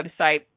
website